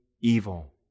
evil